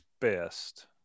best